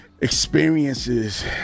Experiences